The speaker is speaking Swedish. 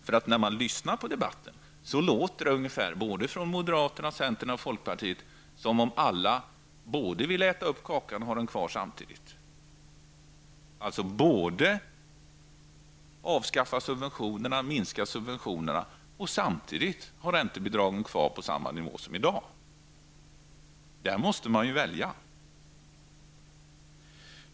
För när man lyssnar på debatten får man intrycket att moderaterna, centern och folkpartiet alla vill både äta upp kakan och ha den kvar samtidigt, minska subventionerna och ha räntebidragen kvar på samma nivå som i dag. Men här måste man ju välja.